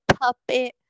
puppet